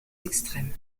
extrêmes